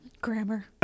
Grammar